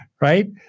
Right